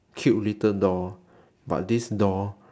cute little doll but this doll